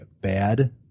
bad